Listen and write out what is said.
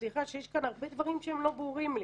סליחה, שיש כאן הרבה דברים שהם לא ברורים לי.